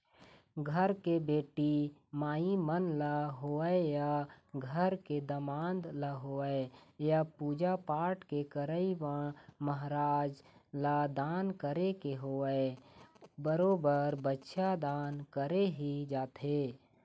घर के बेटी माई मन ल होवय या घर के दमाद ल होवय या पूजा पाठ के करई म महराज ल दान करे के होवय बरोबर बछिया दान करे ही जाथे